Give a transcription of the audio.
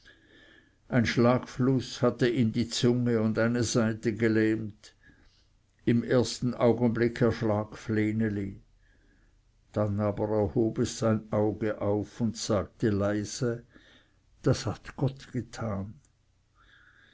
ein schlagfluß hatte ihm die zunge und eine seite gelähmt im ersten augenblick erschrak vreneli dann aber hob es sein auge auf und sagte leise das hat gott getan